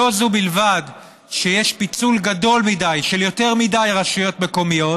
לא זו בלבד שיש פיצול גדול מדי של יותר מדי רשויות מקומיות,